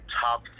top